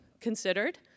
considered